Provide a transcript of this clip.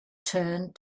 turned